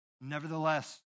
Nevertheless